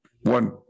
one